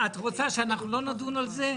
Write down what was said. את רוצה שלא נדון על זה?